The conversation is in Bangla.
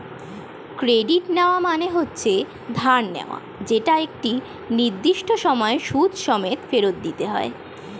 ক্রেডিট নেওয়া মানে হচ্ছে ধার নেওয়া যেটা একটা নির্দিষ্ট সময়ে সুদ সমেত ফেরত দিতে হয়